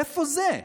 איפה זה?